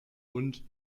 und